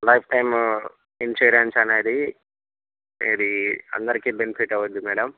life time insurance అనేది ఇది అందరికీ బెనిఫిట్ అవుతుంది మేడం